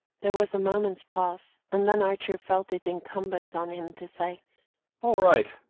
there was a moment's pause, and then archer felt it incumbent on him to say all right.